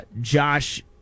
Josh